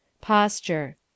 Posture